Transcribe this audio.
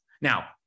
Now